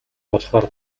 болохоор